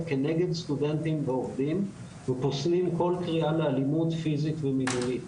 כנגד סטודנטים ופוסלים כל קריאה לאלימות פיזית ומילולית.